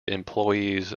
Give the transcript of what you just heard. employees